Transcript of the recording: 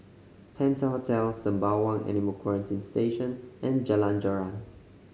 Penta Hotel Sembawang Animal Quarantine Station and Jalan Joran